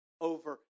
over